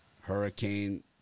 Hurricane